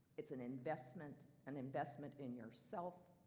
it's an investment an investment in yourself,